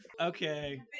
Okay